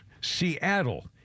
Seattle